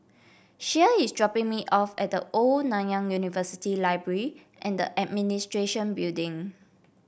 Shea is dropping me off at The Old Nanyang University Library and the Administration Building